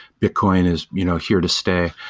bitcoin is you know here to stay,